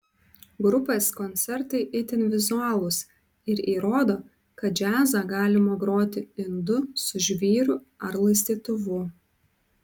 grupės koncertai itin vizualūs ir įrodo kad džiazą galima groti indu su žvyru ar laistytuvu